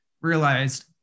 realized